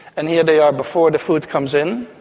and here they are before the food comes in,